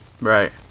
Right